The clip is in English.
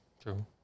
True